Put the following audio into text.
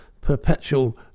perpetual